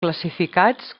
classificats